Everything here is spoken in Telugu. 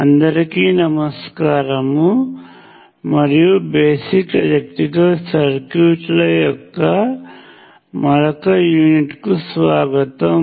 అందరికి నమస్కారం మరియు బేసిక్ ఎలక్ట్రికల్ సర్క్యూట్ల యొక్క మరొక యూనిట్కు స్వాగతం